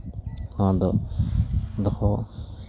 ᱱᱚᱣᱟ ᱫᱚ ᱫᱚᱦᱚ